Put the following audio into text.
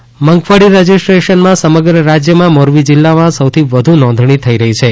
મગફળી મોરબી મગફળી રજીસ્ટ્રેશનમાં સમગ્ર રાજ્યમાં મોરબી જિલ્લા માં સૌથી વધુ નોંધણી થઇ રહી છે